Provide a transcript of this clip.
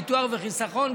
ביטוח וחיסכון,